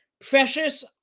Precious